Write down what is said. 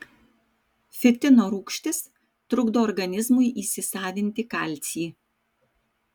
fitino rūgštis trukdo organizmui įsisavinti kalcį